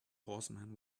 horseman